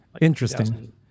Interesting